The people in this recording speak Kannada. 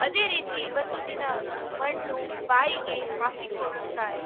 ಅದೇ ರೀತಿ ಒಂದು ದಿನ ಮಣ್ಣು ಬಾಯಿಗೆ ಹಾಕಿಕೊಳ್ಳುತ್ತಾನೆ